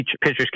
pitchers